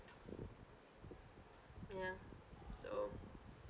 ya so